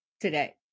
today